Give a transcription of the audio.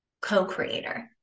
co-creator